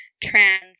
trans